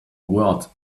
word